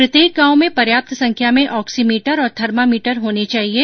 प्रत्येक गांव में पर्याप्त संख्या में ऑक्सीमीटर और थर्मामीटर होने चाहिये